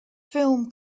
film